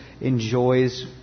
enjoys